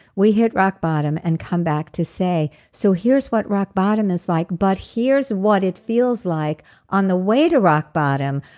we hit rock bottom and come back to say, so here's what rock bottom is like, but here's what it feels like on the way to rock bottom,